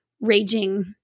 raging